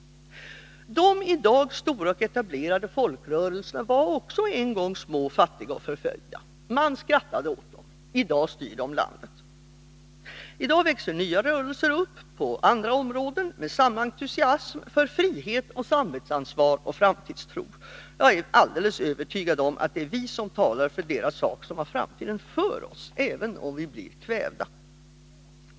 De i dag stora och etablerade folkrörelserna var också en gång små, fattiga och förföljda. Man skrattade åt dem. I dag styr de landet. I dag växer nya rörelser upp på andra områden men med samma entusiasm för frihet, samvetsansvar och framtidstro. Jag är alldeles övertygad om att det är vi som talar för deras sak som har framtiden för oss, även om vi blir kvävda.